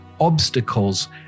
obstacles